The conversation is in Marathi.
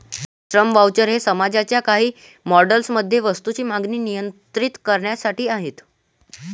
श्रम व्हाउचर हे समाजवादाच्या काही मॉडेल्स मध्ये वस्तूंची मागणी नियंत्रित करण्यासाठी आहेत